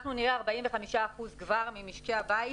אנחנו נהיה עם 45 אחוזים ממשקי הבית